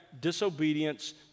disobedience